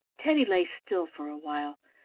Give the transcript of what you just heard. teddy lay still for a while,